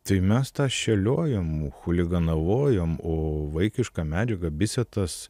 tai mes tą šėliojom chuliganavojom o vaikišką medžiagą bisetas